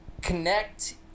Connect